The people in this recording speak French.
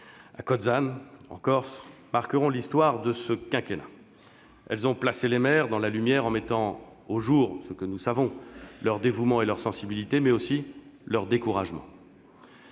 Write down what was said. à Cozzano, en Corse, marqueront l'histoire de ce quinquennat. Elles ont placé les maires dans la lumière, en mettant au jour leur dévouement et leur sensibilité, mais aussi leur découragement.